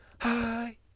hi